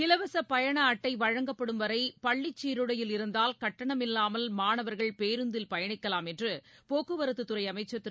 இலவசபயணஅட்டைவழங்கப்படும் வரைபள்ளிச் சீருடையில் இருந்தால் கட்டணமில்லாமல் மாணவர்கள் பேருந்தில் பயணிக்கலாம் என்றுபோக்குவரத்துத்துறைஅமைச்சர் திரு